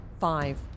Five